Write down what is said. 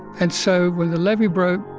and so when the levee broke,